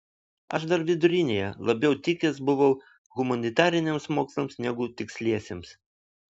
aš dar vidurinėje labiau tikęs buvau humanitariniams mokslams negu tiksliesiems